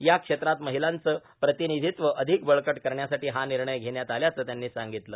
या क्षेत्रात महिलांचं प्रतिनिधित्व अधिक बळकट करण्यासाठी हा निर्णय घेण्यात आल्याचं त्यांनी सांगितलं